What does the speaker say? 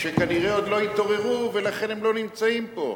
שכנראה עוד לא התעוררו ולכן הם לא נמצאים פה.